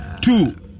Two